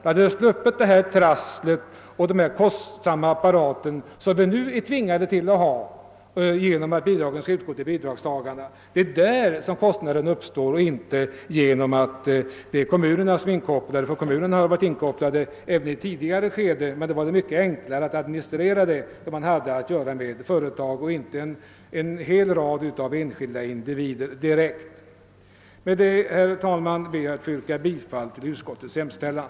I så fall hade vi sluppit det trassel och de kostnader som nu uppstår genom att bidragen skall utgå till bidragstagarna. Kommunerna var inkopplade även tidigare men då var det mycket enklare att administrera eftersom man hade att göra med företag och inte med en hel rad enskilda individer. Med det anförda, herr talman, ber jag få yrka bifall till utskottets hemställan.